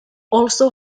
also